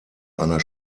einer